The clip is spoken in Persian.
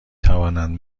توانند